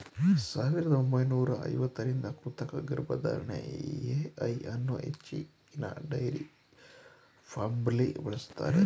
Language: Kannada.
ಸಾವಿರದ ಒಂಬೈನೂರ ಐವತ್ತರಿಂದ ಕೃತಕ ಗರ್ಭಧಾರಣೆ ಎ.ಐ ಅನ್ನೂ ಹೆಚ್ಚಿನ ಡೈರಿ ಫಾರ್ಮ್ಲಿ ಬಳಸ್ತಾರೆ